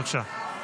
בבקשה.